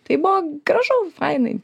tai buvo gražu fainai